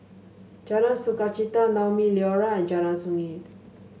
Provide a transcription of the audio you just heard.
Jalan Sukachita Naumi Liora and Jalan Sungei